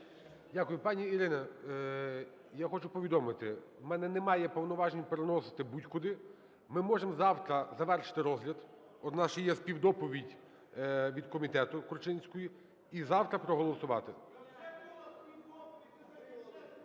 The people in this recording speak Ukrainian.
Дякую. Пані Ірино, я хочу повідомити: у мене немає повноважень переносити будь-куди. Ми можемо завтра завершити розгляд, от в нас ще є співдоповідь від комітету Корчинської, і завтра проголосувати.